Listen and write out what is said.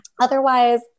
Otherwise